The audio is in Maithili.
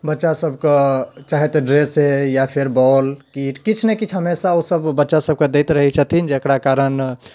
बच्चा सभकऽ चाहे तऽ ड्रेसे या फेर बौल किट किछु ने किछु हमेशा ओ सभ बच्चा सभकऽ दैत रहैत छथिन जकरा कारण